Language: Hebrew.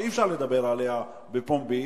שאי-אפשר לדבר עליה בפומבי,